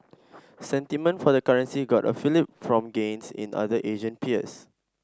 sentiment for the currency got a fillip from gains in other Asian peers